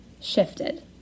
shifted